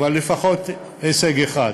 אבל לפחות הישג אחד,